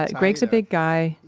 but greg's a big guy.